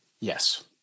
Yes